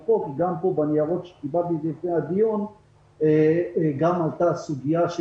בניירות שקיבלתי פה לפני הדיון עלתה הסוגיה,